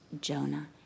Jonah